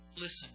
listen